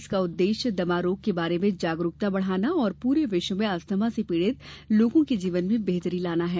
इसका उद्देश्य दमा रोग के बारे में जागरूकता बढ़ाना और पूरे विश्व में अस्थमा से पीड़ित लोगों के जीवन में बेहतरी लाना है